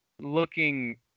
looking